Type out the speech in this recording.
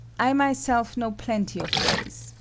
i myself know plenty of ways,